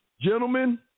Gentlemen